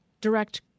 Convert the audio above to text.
direct